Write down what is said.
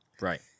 Right